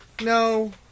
No